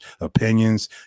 opinions